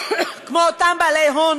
כמו את אותם בעלי הון